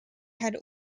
had